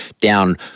down